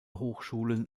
hochschulen